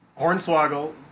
Hornswoggle